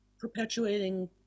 perpetuating